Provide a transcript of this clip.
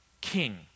king